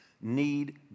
need